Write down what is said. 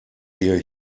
ihr